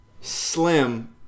slim